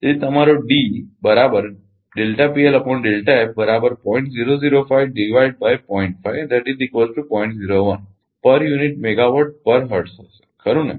તેથી તમારો ડીD એ પર યુનિટ મેગાવાટ પર હર્ટ્ઝ હશે ખરુ ને